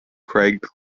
craig